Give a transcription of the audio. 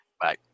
Bye